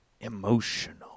emotional